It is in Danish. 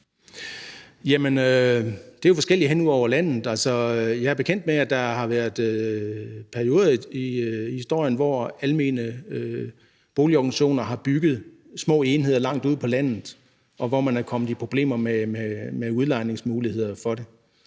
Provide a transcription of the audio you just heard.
Det er jo forskelligt, alt efter hvor i landet det er. Jeg er bekendt med, at der har været perioder i historien, hvor almene boligorganisationer har bygget små enheder langt ude på landet, og hvor man har haft problemer med at få dem udlejet.